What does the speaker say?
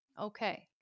Okay